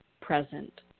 present